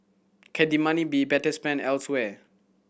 can the money be better spent elsewhere